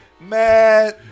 Man